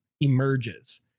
emerges